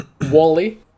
Wally